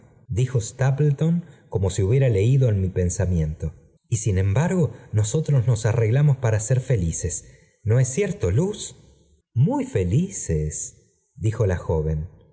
dijo stapleton como ei hubiera leído en mi pensamiento y sin embargo nosotros nos arreglamos para ser felices no es cierto luz muy felices dijó la joven